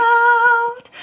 out